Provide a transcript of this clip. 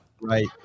Right